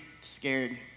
scared